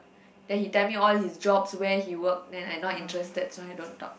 then he tell me all his jobs where he work then I not interested so I don't talk